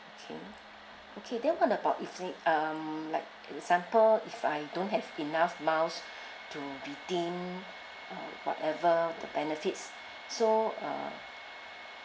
okay okay then what about if mm like example if I don't have enough miles to redeem whatever the benefits so uh